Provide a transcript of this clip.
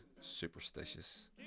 superstitious